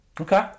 Okay